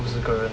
五十个人 ah